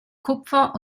kupfer